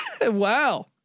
Wow